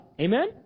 Amen